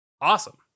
Awesome